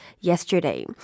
yesterday